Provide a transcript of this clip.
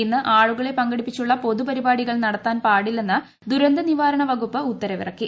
ഇന്ന് ആളുകളെ പങ്കെടുപ്പിച്ചുള്ള പൊതുപരിപാടികൾ നടത്താൻ പാടില്ലെന്ന് ദുരന്ത നിവാരണ വകുപ്പ് ഉത്തരവിറക്കി